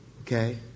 Okay